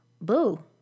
boo